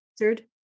answered